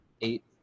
eight